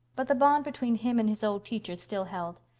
but the bond between him and his old teacher still held.